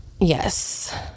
Yes